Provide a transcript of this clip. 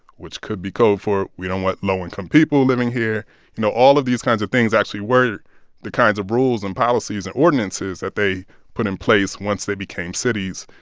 which could be code for, we don't want low-income people living here you know, all of these kinds of things actually were the kinds of rules and policies and ordinances that they put in place once they became cities,